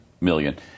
Million